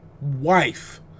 wife